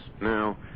Now